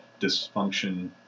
dysfunction